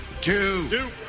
Two